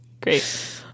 Great